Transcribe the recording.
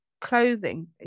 clothing